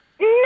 no